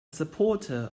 supporter